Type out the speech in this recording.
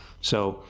so,